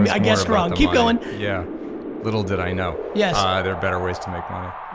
um i guessed wrong, keep going. yeah little did i know. yeah there are better ways to make money.